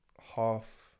half